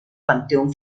panteón